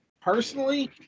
personally